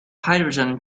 hydrogen